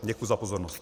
Děkuji za pozornost.